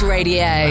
Radio